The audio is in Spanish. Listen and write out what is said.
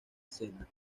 cena